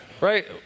right